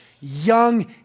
young